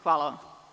Hvala vam.